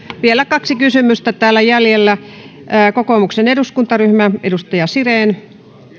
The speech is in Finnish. vielä kaksi kysymystä jäljellä kokoomuksen eduskuntaryhmä edustaja siren